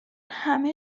همه